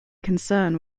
concern